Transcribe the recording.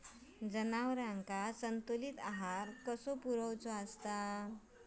जनावरांका संतुलित आहार कसो पुरवायचो?